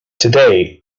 today